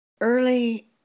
Early